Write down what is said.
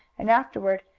and, afterward,